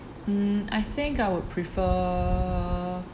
mm I think I would prefer